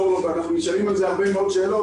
אנחנו נשאלים על זה הרבה מאוד שאלות,